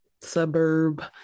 suburb